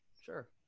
Sure